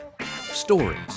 Stories